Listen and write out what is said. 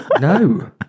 No